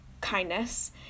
kindness